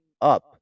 up